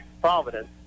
Providence